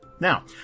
Now